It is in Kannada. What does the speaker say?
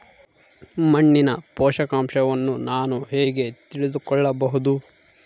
ಮಣ್ಣಿನ ಪೋಷಕಾಂಶವನ್ನು ನಾನು ಹೇಗೆ ತಿಳಿದುಕೊಳ್ಳಬಹುದು?